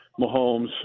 Mahomes